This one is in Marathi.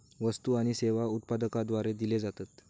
वस्तु आणि सेवा उत्पादकाद्वारे दिले जातत